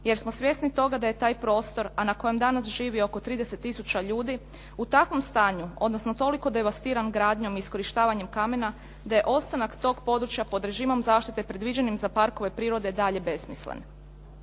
jer smo svjesni toga da je taj prostor a na kojem danas živi oko 30 tisuća ljudi u takvom stanju odnosno toliko devastiran gradnjom i iskorištavanjem kamena da je ostanak tog područja pod režimom zaštite predviđenim za parkove prirode dalje besmislen.